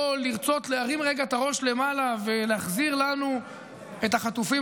לרצות להרים רגע את הראש למעלה ולהחזיר לנו את החטופים